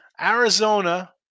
Arizona